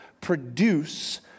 produce